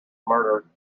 murder